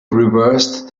reversed